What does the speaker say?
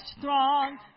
throng